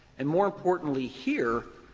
and more importantly here,